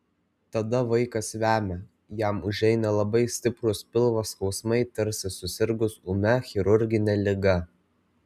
tada vaikas vemia jam užeina labai stiprūs pilvo skausmai tarsi susirgus ūmia chirurgine liga